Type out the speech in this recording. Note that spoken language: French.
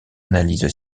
analyse